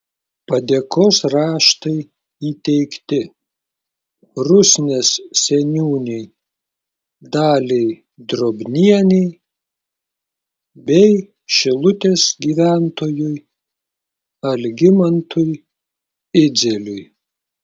padėkos raštai įteikti rusnės seniūnei daliai drobnienei bei šilutės gyventojui algimantui idzeliui